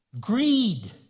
greed